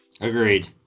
Agreed